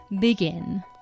begin